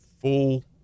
full